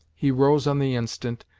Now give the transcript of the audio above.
he rose on the instant,